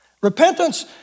Repentance